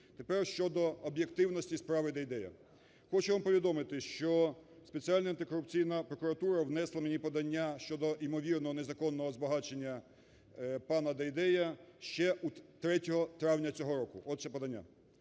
Тепер щодо об'єктивності справи Дейдея. Хочу вам повідомити, що Спеціальна антикорупційна прокуратура внесла мені подання щодо ймовірного незаконного збагачення пана Дейдея ще 3 травня цього року – вот це подання.